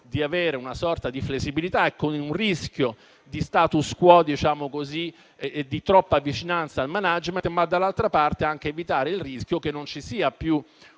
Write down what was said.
di avere una sorta di flessibilità e con un rischio di *status quo* e di troppa vicinanza al *management*, e - dall'altra parte - per evitare il rischio che non ci siano più